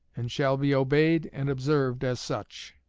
and shall be obeyed and observed as such.